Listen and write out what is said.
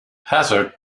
hazard